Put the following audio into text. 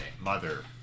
Mother